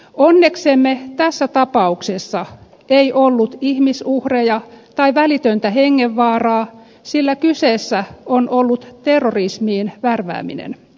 onneksemme tässä tapauksessa ei ollut ihmisuhreja tai välitöntä hengenvaaraa sillä kyseessä on ollut terrorismiin värvääminen